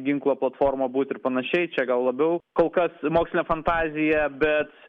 ginklo platforma būt ir panašiai čia gal labiau kol kas mokslinė fantazija bet